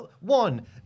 one